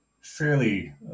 fairly